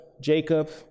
Jacob